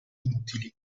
inutili